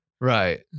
Right